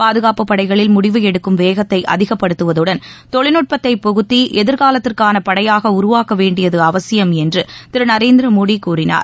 பாதுகாப்புப் படைகளில் முடிவு எடுக்கும் வேகத்தை அதிகப்படுத்துவதுடன் தொழில்நுட்பத்தை புகுத்தி எதிர்காலத்திற்கான படையாக உருவாக்க வேண்டியது அவசியம் என்று திரு நரேந்திர மோடி கூறினார்